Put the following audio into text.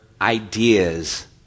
ideas